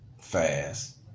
fast